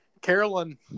carolyn